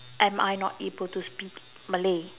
am I not able to speak Malay